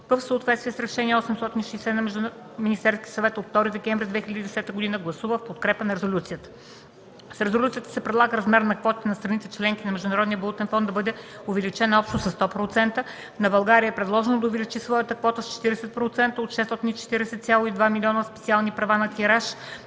в съответствие с решение 860 на Министерския съвет от 2 декември 2010 г. гласува в подкрепа на резолюцията. С резолюцията се предлага размерът на квотите на страните – членки на МВФ, да бъде увеличен общо с 100%. На България е предложено да увеличи своята квота с 40%: от 640,2 милиона специални права на тираж